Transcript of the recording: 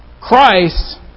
Christ